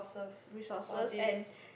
resources and